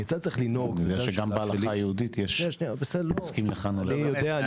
אני חושב שגם בהלכה היהודית יש פוסקים לכאן ולכאן.